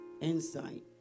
insight